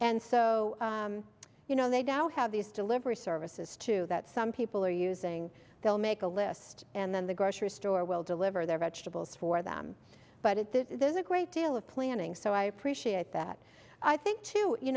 and so you know they don't know how these delivery services to that some people are using they'll make a list and then the grocery store will deliver their vegetables for them but it there's a great deal of planning so i appreciate that i think to you